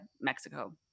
Mexico